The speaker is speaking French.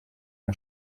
mon